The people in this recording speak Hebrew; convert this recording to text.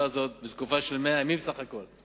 הזאת בתקופה של 100 הימים בסך הכול,